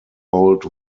old